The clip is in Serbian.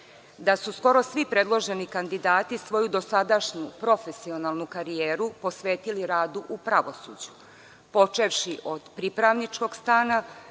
da su skoro svi predloženi kandidati svoju dosadašnju profesionalnu karijeru posvetili radu u pravosuđu, počevši od pripravničkog staža